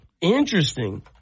Interesting